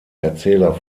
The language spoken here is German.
erzähler